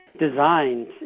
designed